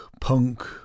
punk